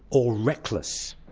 or! reckless.